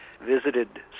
visited